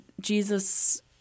Jesus